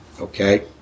okay